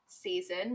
season